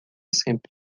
sempre